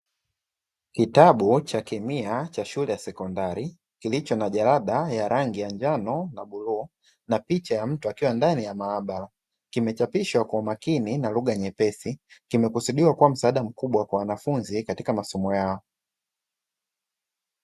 Kitabu cha kemia cha shule ya sekondari kilicho na jalada ya rangi ya kijani na bluu na picha ya mtu akiwa ndani ya maabara, kimechapishwa kwa makini na lugha nyepesi kimekusudiwa kuwa msaada mkubwa kwa wanafunzi katika masomo yao.